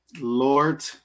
Lord